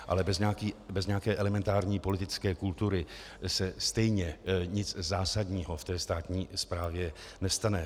Ale bez nějaké elementární politické kultury se stejně nic zásadního v té státní správě nestane.